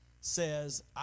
says